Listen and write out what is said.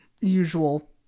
usual